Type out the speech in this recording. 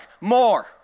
more